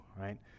right